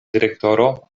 direktoro